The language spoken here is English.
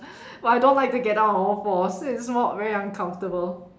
but I don't like to get down on all fours so it's not very uncomfortable